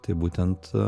tai būtent